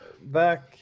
back